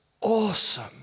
awesome